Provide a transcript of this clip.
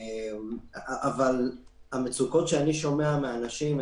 אבל אני שומע מצוקות של הרבה אנשים.